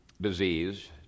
disease